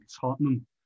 Tottenham